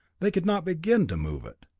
they could not begin to move it.